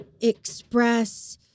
express